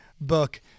book